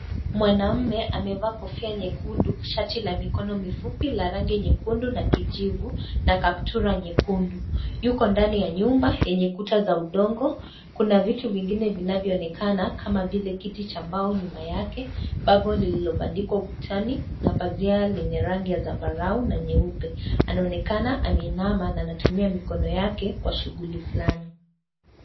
Mwanaume amevaa kofia nyekundu , shati la mikono mifupi la rangi nyekundu na kijivu na kaptura nyekundu yuko ndani ya nyumba yeye kuta za udongo , kuna vitu vingine vinavyoonekana kama vile kiti cha mbao nyuma yake , bango lililobandikwa ukutani na pazia lenye rangi ya zambarau na nyeupe . Anaonekana ameinama na anatumia mikono yake kwa shughuli fulani.